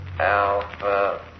Alpha